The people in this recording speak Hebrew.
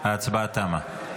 ההצבעה תמה.